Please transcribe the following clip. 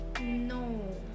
No